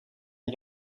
een